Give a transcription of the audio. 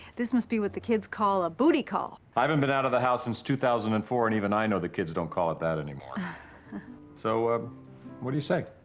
this must be what the kids call a booty call. i haven't been out of the house since two thousand and four, and even i know the kids don't call it that anymore. chuckles so um what do you say?